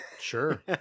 Sure